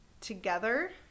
together